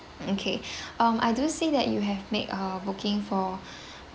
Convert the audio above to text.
okay um I do see that you have made a booking for